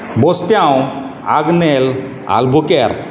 Bostiao Agnel Albuquerque